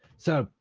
so,